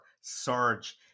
surge